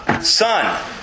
Son